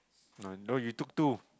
no no you took two